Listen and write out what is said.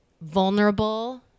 vulnerable